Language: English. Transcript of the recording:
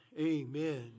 amen